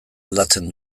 aldatzen